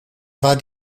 war